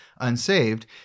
Unsaved